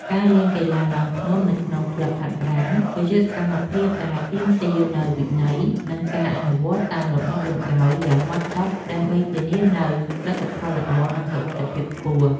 ការលេងកីឡាឡើងភ្នំនៅក្នុងក្លឹបហាត់ប្រាណ គឺជាសកម្មភាពដែលទាមទារនូវវិន័យ និងការអនុវត្តតាមលំដាប់លំដោយយ៉ាងម៉ត់ចត់ ដើម្បីធានានូវលទ្ធផលល្អ និងសុវត្ថិភាពខ្ពស់បំផុត។